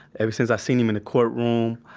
ever since i seen him in the courtroom,